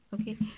Okay